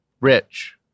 rich